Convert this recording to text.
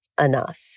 enough